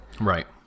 right